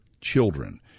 children